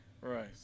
Right